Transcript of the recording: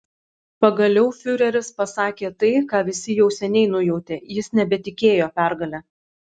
pagaliau fiureris pasakė tai ką visi jau seniai nujautė jis nebetikėjo pergale